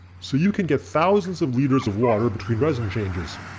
so you can get thousands of liters of water between resin changes.